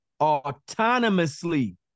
autonomously